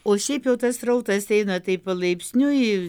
o šiaip jau tas srautas eina taip palaipsniui